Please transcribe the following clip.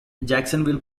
jacksonville